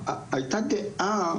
הייתה דעה